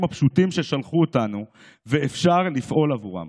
הפשוטים ששלחו אותנו ואפשר לפעול עבורם.